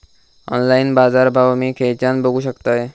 Online बाजारभाव मी खेच्यान बघू शकतय?